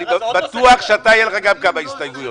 אני בטוח שגם לך היו כמה הסתייגויות.